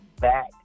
back